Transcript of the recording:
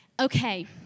Okay